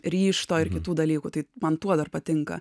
ryžto ir kitų dalykų tai man tuo dar patinka